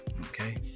okay